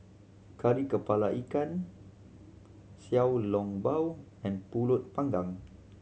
Kari Kepala Ikan Xiao Long Bao and Pulut Panggang